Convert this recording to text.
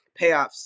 payoffs